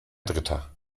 dritter